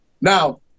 Now